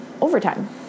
overtime